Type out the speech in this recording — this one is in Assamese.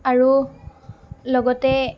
আৰু লগতে